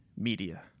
media